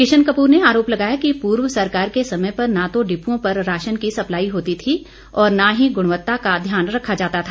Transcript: किशन कपूर ने आरोप लगाया कि पूर्व सरकार के समय पर न तो डिप्ओं पर राशन की सप्लाई होती थी और न ही गुणवत्ता का ध्यान रखा जाता था